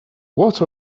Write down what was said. what